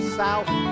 south